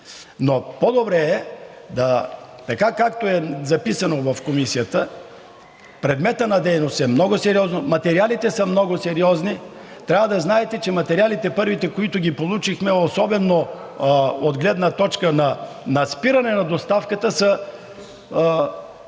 Но по-добре е, така както е записано в Комисията, предметът на дейност е много сериозен, материалите са много сериозни. Трябва да знаете, че първите материали, които ги получихме, особено от гледна точка на спиране на доставката, са